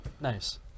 Nice